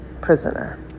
prisoner